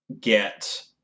get